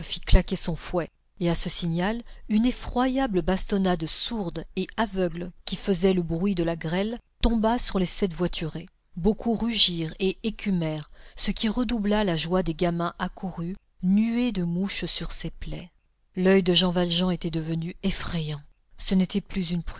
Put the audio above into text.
claquer son fouet et à ce signal une effroyable bastonnade sourde et aveugle qui faisait le bruit de la grêle tomba sur les sept voiturées beaucoup rugirent et écumèrent ce qui redoubla la joie des gamins accourus nuée de mouches sur ces plaies l'oeil de jean valjean était devenu effrayant ce n'était plus une